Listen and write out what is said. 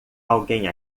alguém